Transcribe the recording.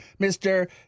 mr